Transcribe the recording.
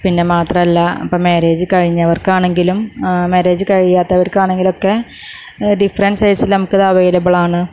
പിന്നെ മാത്രല്ല ഇപ്പം മാരേജ് കഴിഞ്ഞവർക്കാണെങ്കിലും മാരേജ് കഴിയാത്തവർക്കാണെങ്കിലും ഒക്കെ ഡിഫറൻറ്റ് സൈസില് നമുക്കിത് അവൈലബിളാണ്